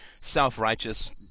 self-righteous